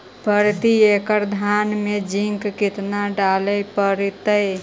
प्रती एकड़ धान मे जिंक कतना डाले पड़ताई?